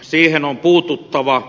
siihen on puututtava